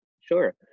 Sure